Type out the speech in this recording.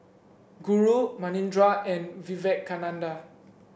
Guru Manindra and Vivekananda